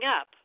up